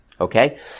okay